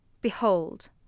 Behold